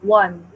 one